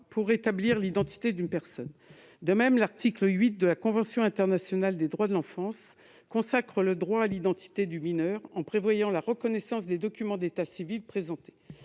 pour établir l'identité d'une personne. De même, l'article 8 de la Convention internationale des droits de l'enfant (CIDE) consacre le droit à l'identité du mineur, en prévoyant la reconnaissance des documents d'état civil présentés.